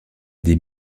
des